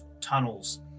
tunnels